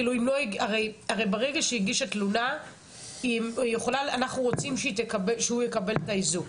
כאילו הרי ברגע שהיא הגישה תלונה אנחנו רוצים שהוא יקבל את האיזוק,